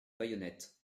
bayonnette